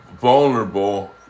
vulnerable